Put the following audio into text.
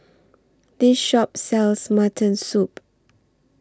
This Shop sells Mutton Soup